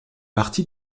partie